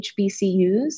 HBCUs